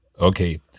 Okay